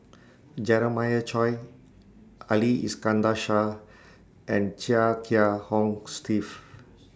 Jeremiah Choy Ali Iskandar Shah and Chia Kiah Hong Steve